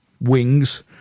wings